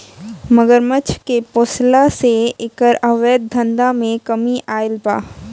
मगरमच्छ के पोसला से एकर अवैध धंधा में कमी आगईल बा